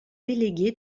délégué